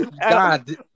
God